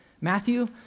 Matthew